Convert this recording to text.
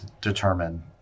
determine